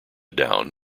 down